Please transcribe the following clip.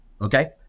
Okay